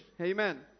Amen